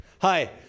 Hi